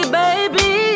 baby